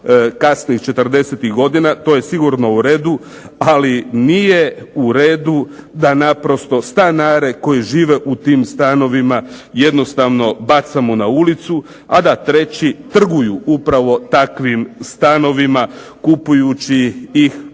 kasnih '40.-tih godina, to je sigurno u redu, ali nije u redu da naprosto stanare koji žive u tim stanovima jednostavno bacamo na ulicu, a da treći trguju upravo takvim stanovima kupujući ih, pod